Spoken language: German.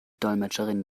dolmetscherin